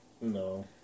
No